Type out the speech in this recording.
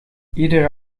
iedere